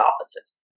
offices